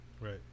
right